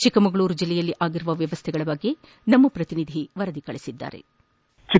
ಚಿಕ್ಕಮಗಳೂರು ಜಿಲ್ಲೆಯಲ್ಲಿ ಆಗಿರುವ ವ್ಯವಸ್ಥೆಗಳ ಬಗ್ಗೆ ನಮ್ಮ ಪ್ರತಿನಿಧಿಯ ವರದಿ